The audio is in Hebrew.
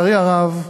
לצערי הרב,